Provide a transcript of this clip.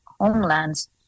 homelands